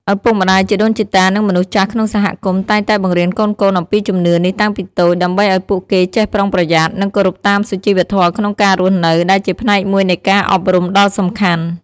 ឪពុកម្ដាយ ជីដូនជីតា និងមនុស្សចាស់ក្នុងសហគមន៍ តែងតែបង្រៀនកូនៗអំពីជំនឿនេះតាំងពីតូច ដើម្បីឲ្យពួកគេចេះប្រុងប្រយ័ត្ន និងគោរពតាមសុជីវធម៌ក្នុងការរស់នៅ ដែលជាផ្នែកមួយនៃការអប់រំដ៏សំខាន់។